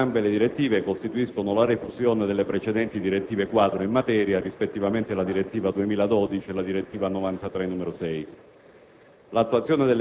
Entrambe le direttive costituiscono la rifusione delle precedenti direttive quadro in materia, rispettivamente la direttiva 2000/12/CE e la direttiva 93/6/CEE.